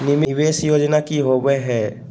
निवेस योजना की होवे है?